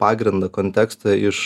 pagrindą kontekstą iš